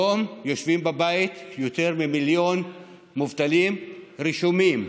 היום יושבים בבית יותר ממיליון מובטלים רשומים,